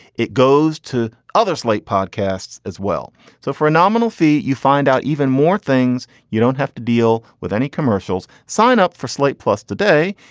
it goes to other slate podcasts as well so for a nominal fee, you find out even more things. you don't have to deal with any commercials. sign up for slate plus today.